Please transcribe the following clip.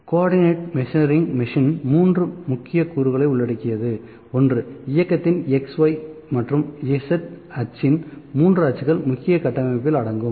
coordinate measuring machine 3 முக்கிய கூறுகளை உள்ளடக்கியது இயக்கத்தின் X Y மற்றும் Z அச்சின் 3 அச்சுகள் முக்கிய கட்டமைப்பில் அடங்கும்